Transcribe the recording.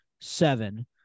seven